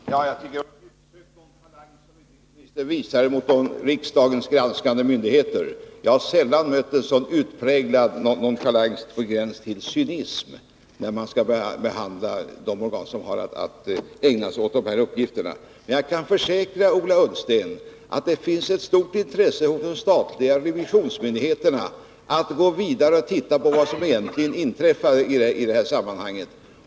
Herr talman! Jag tycker att det var en utsökt nonchalans utrikesministern visade mot riksdagens granskande myndigheter. Jag har sällan mött en så utpräglad nonchalans, på gränsen till cynism, i synen på de organ som har att ägna sig åt de här uppgifterna. Jag kan försäkra Ola Ullsten att det finns ett stort intresse hos de statliga revisionsmyndigheterna att gå vidare och se på vad som egentligen inträffade isammanhanget.